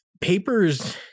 papers